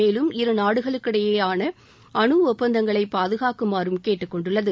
மேலும் இரு நாடுகளுக்கிடையிலான அணு ஒப்பந்தங்களை பாதுகாக்குமாறும் கேட்டுக்கொண்டுள்ளது